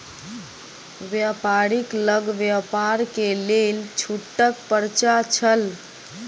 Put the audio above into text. व्यापारी लग व्यापार के लेल छूटक पर्चा छल